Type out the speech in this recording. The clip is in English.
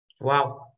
wow